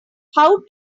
how